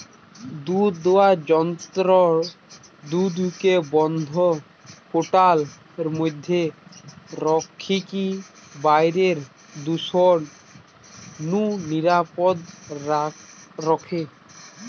দুধদুয়ার যন্ত্র দুধকে বন্ধ কৌটার মধ্যে রখিকি বাইরের দূষণ নু নিরাপদ রখে